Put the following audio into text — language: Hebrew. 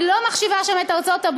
היא לא מחשיבה שם את ארצות-הברית,